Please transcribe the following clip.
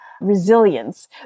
resilience